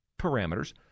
parameters